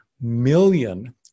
million